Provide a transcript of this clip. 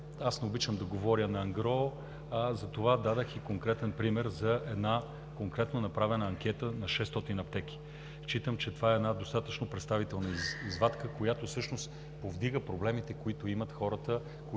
не обичам да говоря на ангро, затова дадох неслучайно и конкретен пример за една направена анкета на 600 аптеки. Считам, че това е достатъчно представителна извадка, която всъщност повдига проблемите, които имат хората, които всъщност